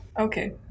Okay